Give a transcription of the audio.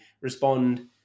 respond